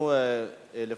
הצבעה וסיכומים במועד אחר.